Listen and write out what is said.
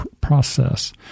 process